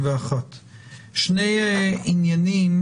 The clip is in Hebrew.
שני עניינים